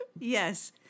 Yes